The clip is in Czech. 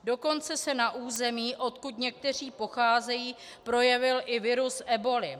Dokonce se na území, odkud někteří pocházejí, projevil i virus eboly.